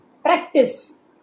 Practice